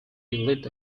lit